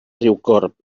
riucorb